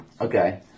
okay